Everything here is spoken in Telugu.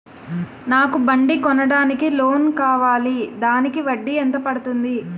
నాకు బండి కొనడానికి లోన్ కావాలిదానికి వడ్డీ ఎంత పడుతుంది?